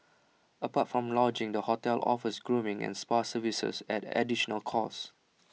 apart from lodgings the hotel offers grooming and spa services at additional cost